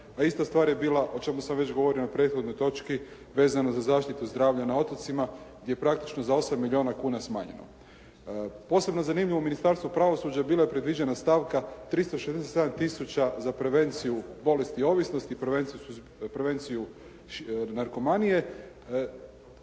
a ista stvar je bila, o čemu sam već govorio na prethodnoj točki vezano za zaštitu zdravlja na otocima, gdje je praktično za 8 milijuna kuna smanjeno. Posebno zanimljivo u Ministarstvu pravosuđa bila je predviđena stavka 367 tisuća za prevenciju bolesti i ovisnosti i prevenciju narkomanije.